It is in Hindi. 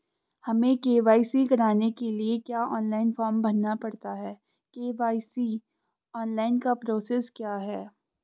हमें के.वाई.सी कराने के लिए क्या ऑनलाइन फॉर्म भरना पड़ता है के.वाई.सी ऑनलाइन का प्रोसेस क्या है?